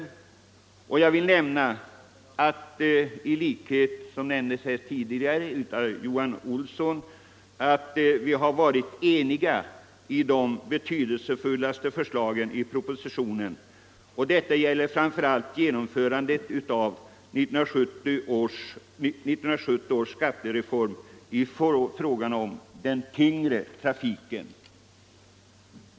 Som herr Olsson i Järvsö nämnde har vi varit eniga i fråga om de betydelsefullaste förslagen i propositionen. Det gäller framför allt genomförandet av 1970 års skattereform för den tyngre trafiken.